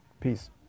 peace